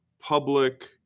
public